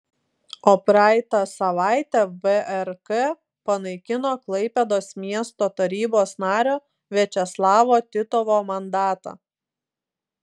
o praeitą savaitę vrk panaikino klaipėdos miesto tarybos nario viačeslavo titovo mandatą